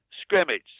scrimmage